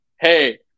hey